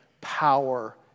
power